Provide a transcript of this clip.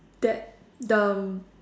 that the